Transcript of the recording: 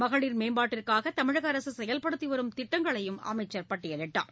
மகளிர் மேம்பாட்டிற்காக தமிழக அரசு செயல்படுத்தி வரும் திட்டங்களையும் அமைச்சர் பட்டியலிட்டார்